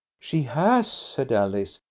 she has, said alice.